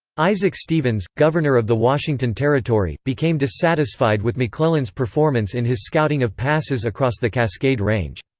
isaac stevens, governor of the washington territory, became dissatisfied with mcclellan's performance in his scouting of passes across the cascade range.